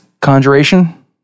conjuration